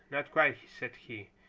not quite, said he.